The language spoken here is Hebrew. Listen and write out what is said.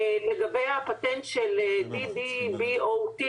לגבי הפטנט של DBOT,